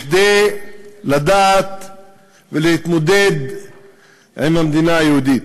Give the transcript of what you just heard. כדי לדעת ולהתמודד עם המדינה היהודית.